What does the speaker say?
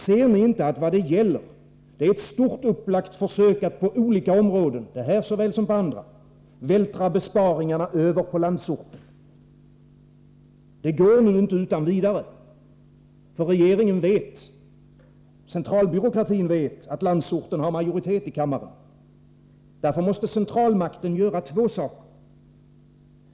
Ser ni inte att vad det gäller är ett stort upplagt försök att på olika områden, det här såväl som på andra, vältra besparingarna över på landsorten? Det går nu inte utan vidare, ty regeringen och centralbyråkratin vet att landsorten har majoritet i kammaren. Därför måste centralmakten göra två saker.